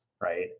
Right